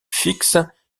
fixes